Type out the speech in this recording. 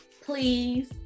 please